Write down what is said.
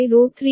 ಮತ್ತು ZBB3IB